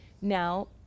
now